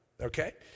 okay